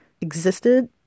existed